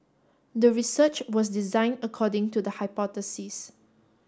the research was designed according to the hypothesis